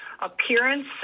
appearance